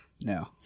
No